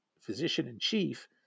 physician-in-chief